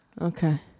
Okay